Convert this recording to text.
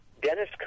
Dennis